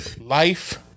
Life